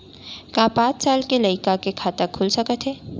का पाँच साल के लइका के खाता खुल सकथे?